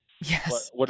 Yes